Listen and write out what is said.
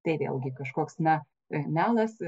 tai vėlgi kažkoks na melas